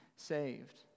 saved